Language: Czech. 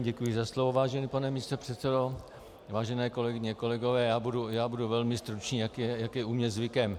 Děkuji za slovo, vážený pane místopředsedo, vážené kolegyně a kolegové, budu velmi stručný, jak je u mě zvykem.